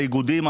האיגודים,